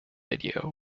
video